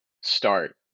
start